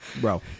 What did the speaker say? bro